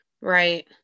Right